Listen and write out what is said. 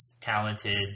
talented